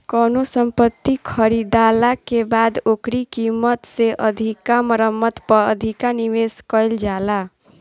कवनो संपत्ति खरीदाला के बाद ओकरी कीमत से अधिका मरम्मत पअ अधिका निवेश कईल जाला